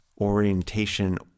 orientation